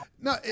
No